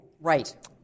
Right